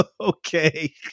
Okay